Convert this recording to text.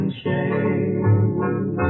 shame